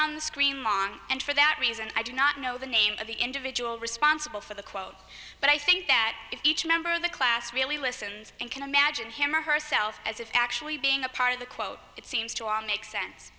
on the screen long and for that reason i do not know the name of the individual responsible for the quote but i think that each member of the class really listens and can imagine him or herself as if actually being a part of the quote it seems to make sense